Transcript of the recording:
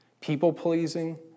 people-pleasing